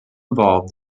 involve